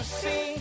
see